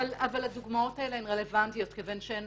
רגע -- אבל הדוגמאות האלה רלוונטיות כיוון שהן